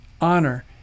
honor